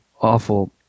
awful